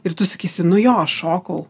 ir tu sakysi nu jo aš šokau